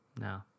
No